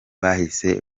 bahise